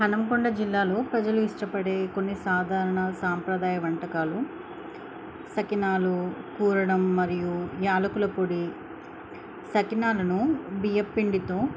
హన్మకొండ జిల్లాలో ప్రజలు ఇష్టపడే కొన్ని సాధారణ సాంప్రదాయ వంటకాలు సకినాలు కూరడం మరియు యాలకుల పొడి సకినాలను బియ్యపు పిండితో